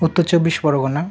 Uttar Chabbish Pargana